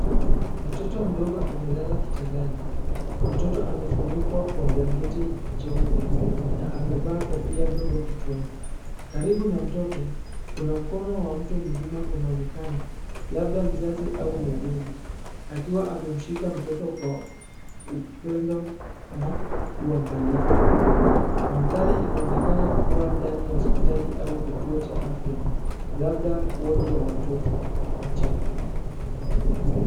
Mtoto mdogo amelala kitandani. Mtoto amefunikwa kwa blanketi jeupe na amevaa kofia ndogo kichwani. Karibu na mtoto kuna mkono wa mtu mzima unaonekana labda mzazi au muuguzi akiwa amemshika mtoto kwa upendo na uangalifu. Mandhari inaonekana kuwa ndani ya hospitali au kituo cha afya, labda wodi ya watoto wachanga.